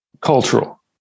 cultural